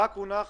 הונח